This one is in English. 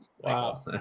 wow